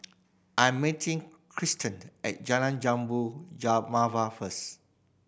I'm meeting Kiersten at Jalan Jambu Mawar first